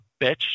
bitch